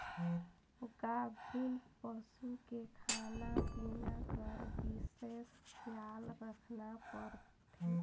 गाभिन पसू के खाना पिना कर बिसेस खियाल रखना परथे